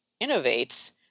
innovates